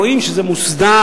רואים שזה מוסדר,